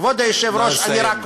כבוד היושב-ראש, נא לסיים.